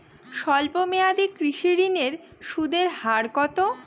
স্বল্প মেয়াদী কৃষি ঋণের সুদের হার কত?